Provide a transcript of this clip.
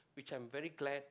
which I'm very glad